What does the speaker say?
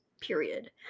Period